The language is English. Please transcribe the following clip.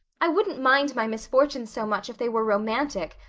i wouldn't mind my misfortunes so much if they were romantic,